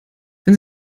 wenn